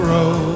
Road